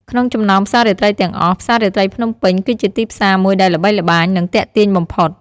ក្នុងចំណោមផ្សាររាត្រីទាំងអស់ ផ្សាររាត្រីភ្នំពេញ គឺជាទីផ្សារមួយដែលល្បីល្បាញ និងទាក់ទាញបំផុត។